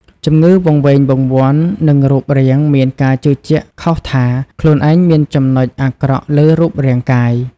ជំងឺវង្វេងវង្វាន់នឹងរូបរាងមានការជឿជាក់ខុសថា ខ្លួនឯងមានចំណុចអាក្រក់លើរូបរាងកាយ។